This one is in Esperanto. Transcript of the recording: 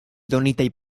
donitaj